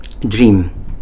Dream